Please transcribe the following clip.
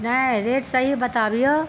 नहि रेट सही बताबियौ